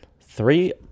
Three